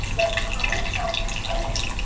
like for me, it sounds exciting,